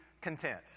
content